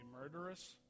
murderous